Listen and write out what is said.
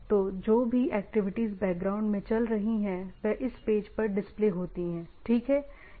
तो जो भी एक्टिविटीज बैकग्राउंड में चल रही है वह इस page पर डिस्प्ले होती हैं ठीक है